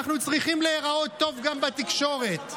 אנחנו צריכים להיראות טוב גם בתקשורת.